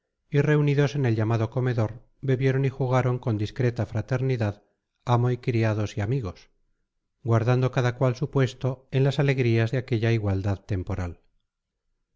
reunidos en el llamado comedor bebieron y jugaron con discreta fraternidad amo y criados y amigos guardando cada cual su puesto en las alegrías de aquella igualdad temporal